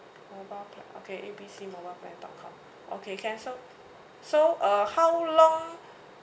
mobile plan okay A B C mobile plan dot com okay can so so uh how long